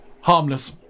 Harmless